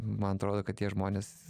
man atrodo kad tie žmonės